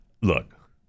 look